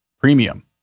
Premium